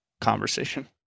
conversation